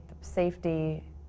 safety